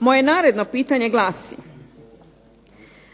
Moje naredno pitanje glasi: